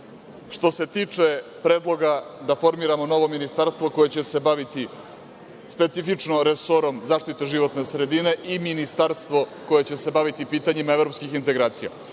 se tiče predloga da formiramo novo ministarstvo koje će se baviti specifično resorom zaštite životne sredine i ministarstvo koje će se baviti pitanjima evropskih integracija,